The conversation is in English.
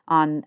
on